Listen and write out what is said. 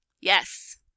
Yes